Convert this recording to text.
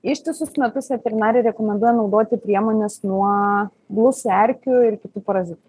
ištisus metus veterinarai rekomenduoja naudoti priemones nuo blusų erkių ir kitų parazitų